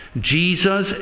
Jesus